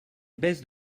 baisses